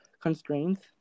constraints